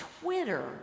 Twitter